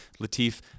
Latif